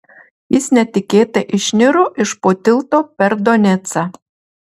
jis netikėtai išniro iš po tilto per donecą